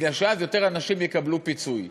כי אז יותר אנשים יקבלו פיצוי.